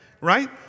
right